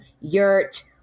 yurt